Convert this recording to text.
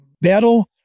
battle